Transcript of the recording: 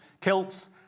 Kilts